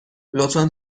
لطفا